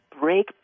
break